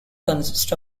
consist